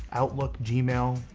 outlook, gmail,